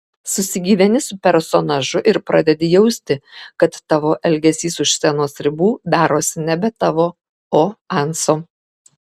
susigyveni su personažu ir pradedi jausti kad tavo elgesys už scenos ribų darosi nebe tavo o anso